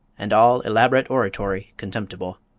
and all elaborate oratory contemptible.